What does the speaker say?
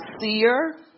seer